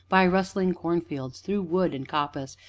by rustling cornfields, through wood and coppice,